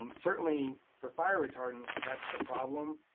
um certainly for fire retardants, that's the problem.